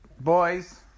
Boys